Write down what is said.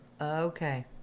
Okay